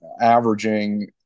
averaging –